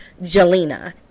Jelena